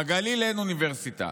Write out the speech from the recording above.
בגליל אין אוניברסיטה.